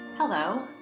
Hello